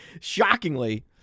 shockingly